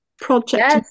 project